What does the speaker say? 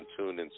TuneIn